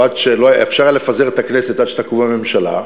אפשר היה לפזר את הכנסת עד שתקום הממשלה,